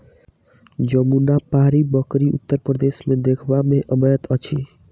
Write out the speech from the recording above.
जमुनापारी बकरी उत्तर प्रदेश मे देखबा मे अबैत अछि